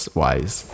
wise